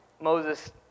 Moses